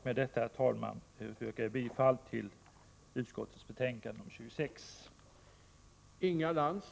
Med detta, herr talman, yrkar jag bifall till socialförsäkringsutskottets hemställan i betänkande 26.